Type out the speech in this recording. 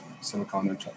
silicone